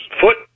foot